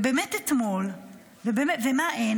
ומה אין?